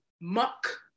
muck